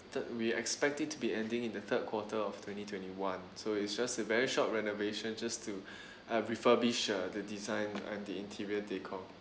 third we're expecting to be ending in the third quarter of twenty twenty one so it's just a very short renovation just to uh refurbishes uh the design and the interior deco